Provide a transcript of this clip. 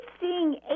seeing